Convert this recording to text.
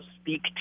speak